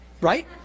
Right